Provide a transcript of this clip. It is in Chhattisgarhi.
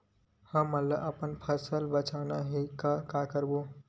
हमन ला अपन फसल ला बचाना हे का करबो?